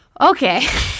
Okay